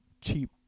cheap